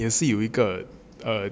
也是有一个 err